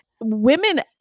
Women